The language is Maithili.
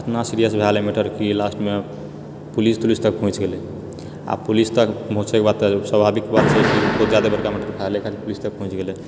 इतना सीरियस भए गेले मैटर कि लास्टमे पुलिस तुलिस तक पहुँचि गेलेै आब पुलिसतक पहुँचेैके बाद तऽ स्वाभाविक बात छिए बहुत जादे पुलिस तक पहुँचि गेले